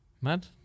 Mad